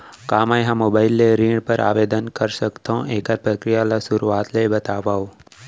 का मैं ह मोबाइल ले ऋण बर आवेदन कर सकथो, एखर प्रक्रिया ला शुरुआत ले बतावव?